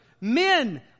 men